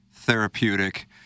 therapeutic